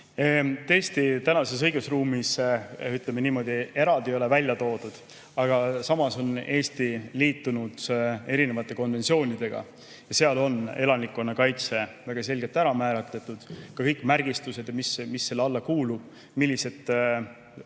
Tõesti, tänases õigusruumis, ütleme niimoodi, eraldi ei ole seda välja toodud. Samas on Eesti liitunud erinevate konventsioonidega ja seal on elanikkonnakaitse väga selgelt ära määratletud: kõik märgistused ja mis selle alla kuulub, millised